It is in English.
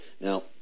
Now